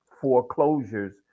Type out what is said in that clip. foreclosures